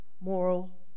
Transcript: moral